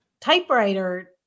typewriter